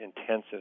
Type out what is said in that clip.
intensive